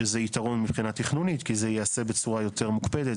שזה יתרון מבחינה תכנונית כי זה ייעשה בצורה יותר מוקפדת.